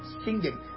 singing